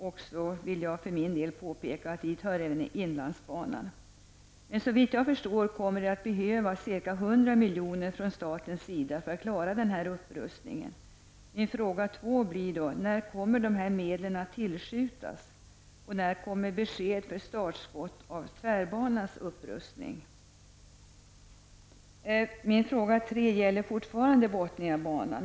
Jag vill för min del påpeka att även inlandsbanan hör dit. Såvitt jag förstår kommer det att behövas ca 100 miljoner från statens sida för att klara denna upprustning. Min andra fråga blir: När kommer dessa medel att tillskjutas? När kommer besked om startskott för tvärbanans upprustning? Min tredje fråga gäller fortfarande Botniabanan.